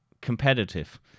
competitive